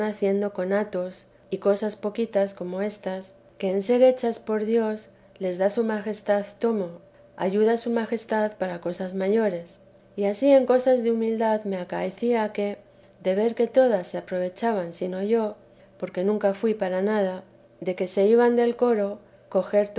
haciendo con actos y cosas poquitas como éstas que en ser hechas por dios les da su majestad tomo ayuda su majestad para cosas mayores y ansí en cosas de humildad me acaecía que de ver que todas se aprovechaban si no yo porque nunca fui para nada de que se iban del coro